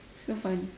so fun